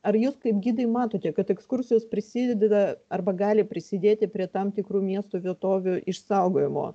ar jūs kaip gidai matote kad ekskursijos prisideda arba gali prisidėti prie tam tikrų miesto vietovių išsaugojimo